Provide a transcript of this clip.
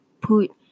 put